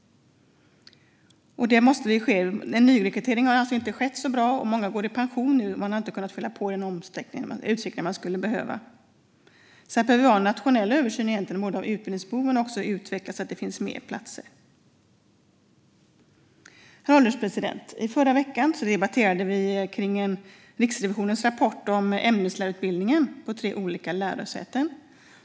Det har alltså inte skett någon riktig nyrekrytering, och många går nu i pension. Man har inte kunnat fylla på i den utsträckning som skulle behövas. Här behöver vi egentligen göra en nationell översyn av utbildningsbehovet och utveckla så att det blir fler platser. Herr ålderspresident! I förra vecken debatterade vi Riksrevisionens rapport om ämneslärarutbildningen på tre olika lärosäten.